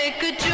ah good